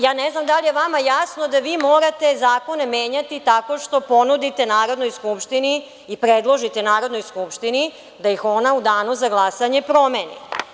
Ja ne znam da li je vama jasno da vi morate zakone menjati tako što ponudite Narodnoj skupštini i predložite Narodnoj skupštini da ih ona u Danu za glasanje promeni.